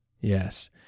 Yes